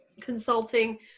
consulting